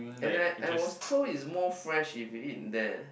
and I I was told is more fresh if you eat there